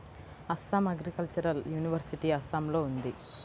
Assam agricultural university అస్సాంలో ఉంది